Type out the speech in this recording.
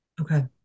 Okay